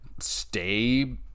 Stay